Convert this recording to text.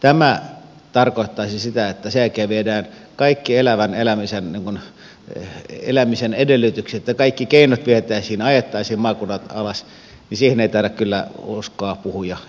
tämä tarkoittaisi sitä että sekä viedään kaikki elävän elämisen vanha ja elämisen edellytykset ja kaikki keinot vietäisiin ajettaisiin maakunnat alas isiemme täällä kyllä uskoa puhuja